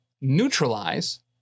neutralize